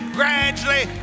gradually